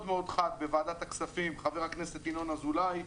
מאוד חד בוועדת הכספים חבר הכנסת ינון אזולאי.